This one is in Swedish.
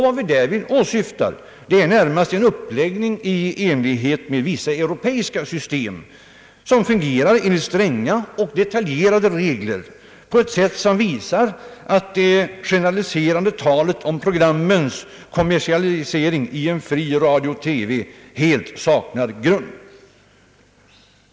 Vad vi därvid åsyftar är närmast en uppläggning i enlighet med vissa europeiska system som fungerar enligt stränga och detaljerade regler på ett sätt som visar att det generaliserande talet om programmens kommersialisering i en fri radio och TV helt saknar grund.